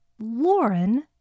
Lauren